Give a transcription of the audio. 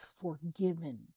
forgiven